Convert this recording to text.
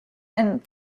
and